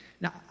Now